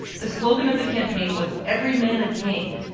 the slogan of the campaign was, every man a king,